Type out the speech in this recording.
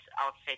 outside